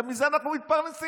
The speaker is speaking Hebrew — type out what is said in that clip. הרי מזה אנחנו מתפרנסים.